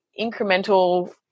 incremental